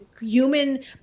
human